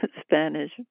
Spanish